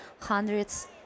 hundreds